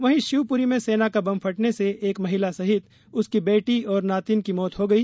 वहीं शिवपूरी में सेना का बम फटने से एक महिला सहित उसकी बेटी और नातिन की मौत हो गई